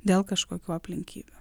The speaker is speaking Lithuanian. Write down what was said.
dėl kažkokių aplinkybių